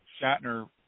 Shatner